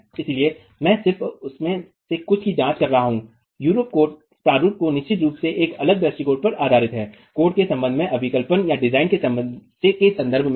इसलिए मैं सिर्फ उनमें से कुछ की जांच कर रहा हूं यूरोपकोड प्रारूप जो निश्चित रूप से एक अलग दृष्टिकोण पर आधारित है कोड के संबंध में अभिकल्पनडिजाइन के संदर्भ में है